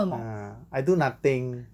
ya I do nothing